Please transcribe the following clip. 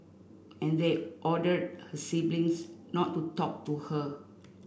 and they ordered her siblings not to talk to her